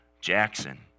Jackson